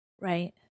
Right